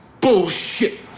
bullshit